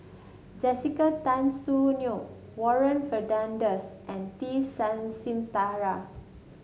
Jessica Tan Soon Neo Warren Fernandez and T Sasitharan